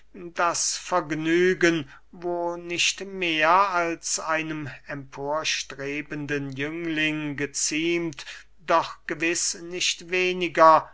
das vergnügen wo nicht mehr als einem emporstrebenden jüngling geziemt doch gewiß nicht weniger